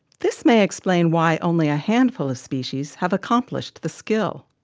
this may explain why only a handful of species have accomplished the skill.